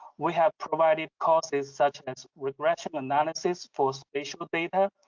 we have provided courses such as regression analysis for spatial data,